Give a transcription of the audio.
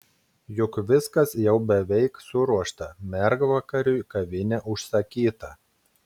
juk viskas jau beveik suruošta mergvakariui kavinė užsakyta